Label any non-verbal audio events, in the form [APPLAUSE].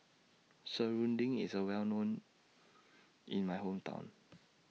Serunding IS Well known [NOISE] in My Hometown [NOISE]